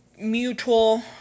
mutual